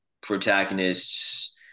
protagonists